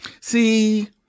See